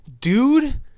Dude